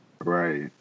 Right